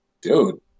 dude